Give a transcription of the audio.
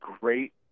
great